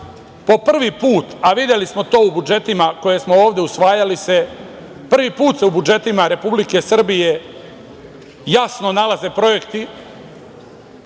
po prvi put, a videli smo to u budžetima koje smo ovde usvajali se, prvi put se u budžetima Republike Srbije jasno nalaze projekti